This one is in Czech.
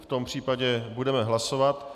V tom případě budeme hlasovat.